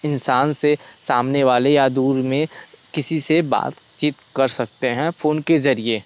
इंसान से सामने वाले या दूर में किसी से बातचीत कर सकते हैं फ़ोन के ज़रिए